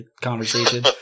conversation